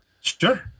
Sure